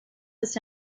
des